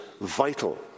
vital